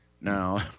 now